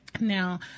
Now